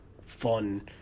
fun